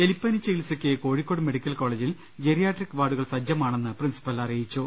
എലിപ്പനി ചികിത്സയ്ക്ക് കോഴിക്കോട് മെഡിക്കൽ കോളേജിൽ ജെറി യാട്രിക് വാർഡുകൾ സജ്ജമാണെന്ന് പ്രിൻസിപ്പൾ അറിയിച്ചു